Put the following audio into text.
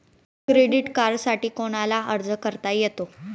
Credit कार्डसाठी कोणाला अर्ज करता येतो?